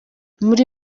muri